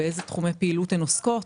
באיזה תחומי פעילות הן עוסקות,